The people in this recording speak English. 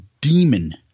demon